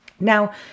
Now